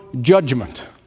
judgment